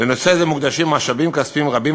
לנושא זה מוקדשים משאבים כספיים רבים,